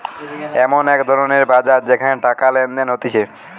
এমন এক ধরণের বাজার যেখানে টাকা লেনদেন হতিছে